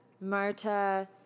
Marta